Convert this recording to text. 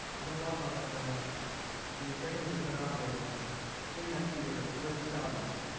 we don't talk about that very much but the israelis have been operating in that theater with the saudis